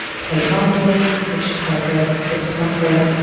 tight muscles which cause us discomfort.